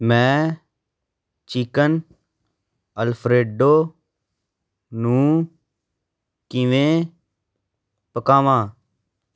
ਮੈਂ chicken alfredo ਨੂੰ ਕਿਵੇਂ ਪਕਾਵਾਂ